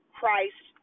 Christ